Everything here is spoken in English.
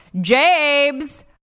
James